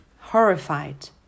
horrified